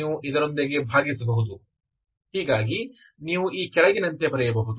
ಆದ್ದರಿಂದ ನೀವು ಈ ಕೆಳಗಿನಂತೆ ಬರೆಯಬಹುದು